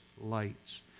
lights